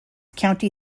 county